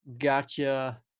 gotcha